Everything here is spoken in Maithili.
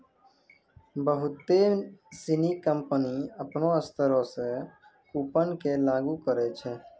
बहुते सिनी कंपनी अपनो स्तरो से कूपन के लागू करै छै